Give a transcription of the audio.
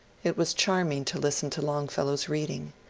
it was charming to listen to longfellow's reading.